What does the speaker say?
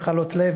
מחלות לב.